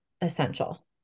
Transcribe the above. essential